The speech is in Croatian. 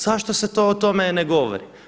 Zašto se o tome ne govori?